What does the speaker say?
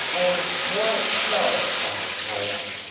and why, it's child's play, my lad,